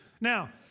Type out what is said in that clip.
Now